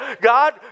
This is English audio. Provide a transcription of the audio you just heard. God